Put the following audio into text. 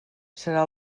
serà